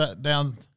down